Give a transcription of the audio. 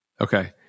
Okay